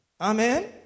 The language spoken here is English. Amen